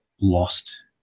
lost